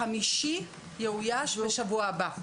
החמישי יאויש בשבוע הבא.